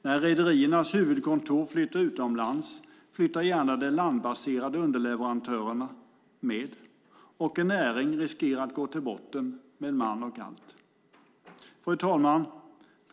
När rederiernas huvudkontor flyttar utomlands flyttar gärna de landbaserade underleverantörerna med, och en näring riskerar att gå till botten med man och allt. Fru talman!